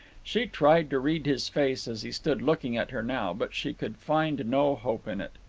she tried to read his face as he stood looking at her now, but she could find no hope in it.